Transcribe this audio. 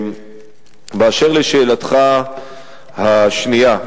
באשר לשאלתך השנייה,